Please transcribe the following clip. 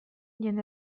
jende